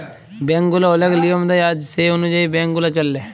bank গুলা ওলেক লিয়ম দেয় আর সে অলুযায়ী ব্যাংক গুলা চল্যে